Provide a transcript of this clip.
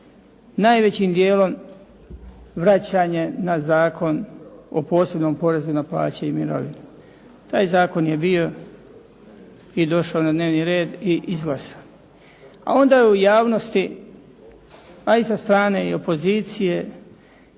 najvećim dijelom vraćanje na Zakon o posebnom porezu na plaće i mirovine. Taj zakon je bio i došao na dnevni red i izglasan, a onda u javnosti, a i sa strane i opozicije